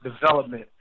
development